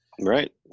Right